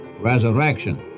resurrection